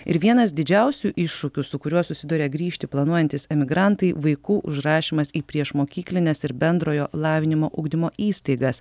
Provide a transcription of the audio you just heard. ir vienas didžiausių iššūkių su kuriuo susiduria grįžti planuojantys emigrantai vaikų užrašymas į priešmokyklines ir bendrojo lavinimo ugdymo įstaigas